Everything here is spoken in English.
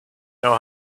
know